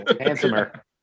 handsomer